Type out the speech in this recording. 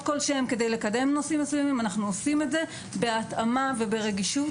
כלשהן כדי לקדם נושאים מסוימים אנחנו עושים את זה בהתאמה וברגישות.